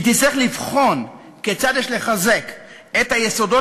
היא תצטרך לבחון כיצד יש לחזק את היסודות